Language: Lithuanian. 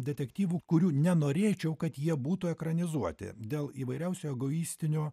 detektyvų kurių nenorėčiau kad jie būtų ekranizuoti dėl įvairiausių egoistinių